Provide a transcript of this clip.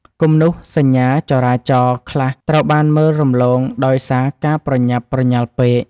គំនូសសញ្ញាចរាចរណ៍ខ្លះត្រូវបានមើលរំលងដោយសារការប្រញាប់ប្រញាល់ពេក។